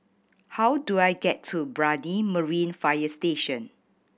how do I get to Brani Marine Fire Station